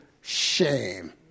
shame